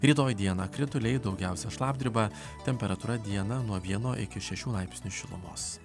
rytoj dieną krituliai daugiausia šlapdriba temperatūra dieną nuo vieno iki šešių laipsnių šilumos